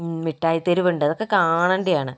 മിഠായിത്തെരുവുണ്ട് അതൊക്കെ കാണേണ്ടതാണ്